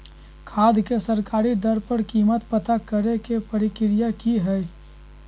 खाद के सरकारी दर पर कीमत पता करे के प्रक्रिया की हय?